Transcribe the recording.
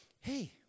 hey